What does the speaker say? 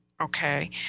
okay